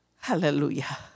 Hallelujah